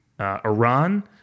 Iran